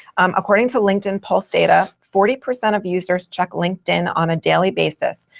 um according to linkedin pulse data, forty percent of users check linkedin on a daily basis,